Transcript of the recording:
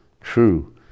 true